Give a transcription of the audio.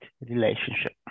relationship